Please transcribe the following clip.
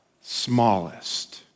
smallest